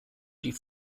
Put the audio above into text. die